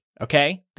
Okay